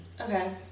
Okay